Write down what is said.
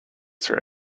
sir